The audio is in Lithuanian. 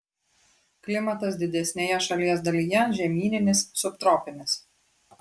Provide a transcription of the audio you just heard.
klimatas didesnėje šalies dalyje žemyninis subtropinis